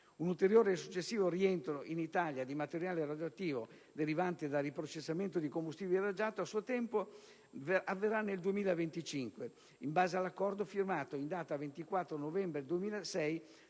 Un ulteriore successivo rientro in Italia di materiale radioattivo derivante dal riprocessamento di combustibile irraggiato a suo tempo avverrà nel 2025, in base all'accordo firmato in data 24 novembre 2006